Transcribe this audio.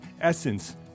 essence